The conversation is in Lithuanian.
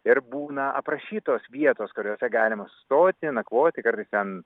ir būna aprašytos vietos kuriose galima sustoti nakvoti kartais ten